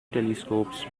telescopes